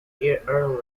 ireland